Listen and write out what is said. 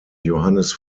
johannes